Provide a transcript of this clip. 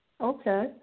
okay